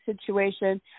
situation